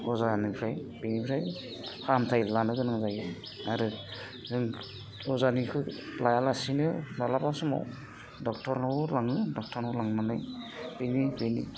अजानिफ्राय बिनिफ्राय फाहामथाय लानो गोनां जायो आरो जों अजानिखो लायालासिनो माब्लाबा समाव ड'क्टरनाव लाङो ड'क्टरनाव लांनानै बिनि